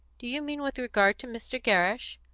do you mean with regard to mr. gerrish?